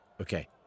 Okay